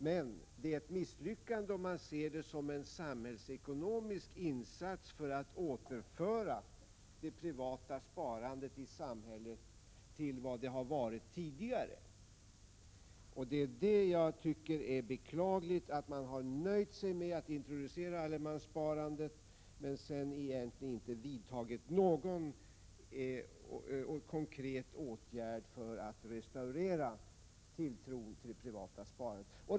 Men allemanssparandet är ett misslyckande, om man ser det som en samhällsekonomisk insats för att återföra det privata sparandet i samhället till vad det har varit tidigare. Det beklagliga är att man har nöjt sig med att introducera allemanssparandet och sedan egentligen inte vidtagit någon enda konkret åtgärd för att restaurera tilltron till det privata sparandet.